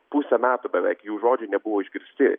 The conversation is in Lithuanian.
pusę metų beveik jų žodžiai nebuvo išgirsti